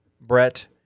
Brett